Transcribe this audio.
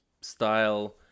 style